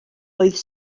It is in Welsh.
oedd